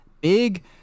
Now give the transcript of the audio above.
big